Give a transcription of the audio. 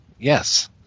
Yes